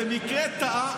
במקרה טעה,